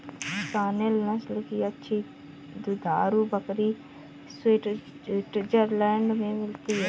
Saanen नस्ल की अच्छी दुधारू बकरी स्विट्जरलैंड में मिलती है